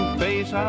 face